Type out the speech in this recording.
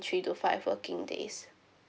three to five working days